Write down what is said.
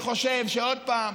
אני חושב שעוד פעם,